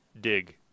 Dig